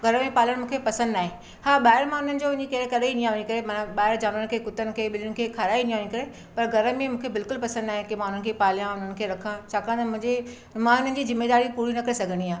घर में पालणु मूंखे पसंदि न आहे हा ॿाहिरि मां उन्हनि जो वञी करे करे ईंदी आहियां वञी करे माना ॿाहिरि जानवरनि कुत्तनि खे ॿिलियूं खे खाराए ईंदी आहियां उन्हनि खे पर घर में मूंखे बिल्कुलु पसंदि न आहे कि मां पालिया हुननि खे रखिया छाकाणि त मुंहिंजी मां इन्हनि जी ज़िमेदारी पूरी न करे सघंदी आहियां